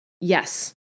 Yes